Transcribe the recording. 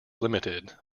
limited